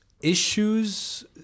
issues